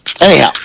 Anyhow